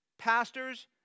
Pastors